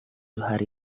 hari